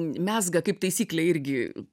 mezga kaip taisyklė irgi